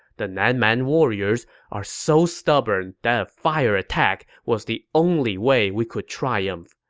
the nan man warriors are so stubborn that a fire attack was the only way we could triumph.